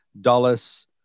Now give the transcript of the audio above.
Dallas